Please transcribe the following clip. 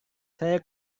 saya